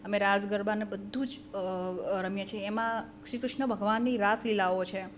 અમે રાસ ગરબા ને બધું જ રમીએ છીએ એમાં શ્રી કૃષ્ણ ભગવાનની રાસલીલાઓ છે